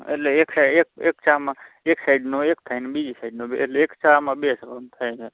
એટલે એક સા એક એક ચામાં એક સાઈડનો એક થાય અને બીજી સાઈડનો બે એટલે એક ચામાં બે થાય એમ